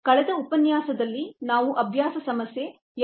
ಕಳೆದ ಉಪನ್ಯಾಸದಲ್ಲಿ ನಾವು ಅಭ್ಯಾಸ ಸಮಸ್ಯೆ 2